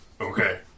Okay